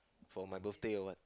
for my birthday or what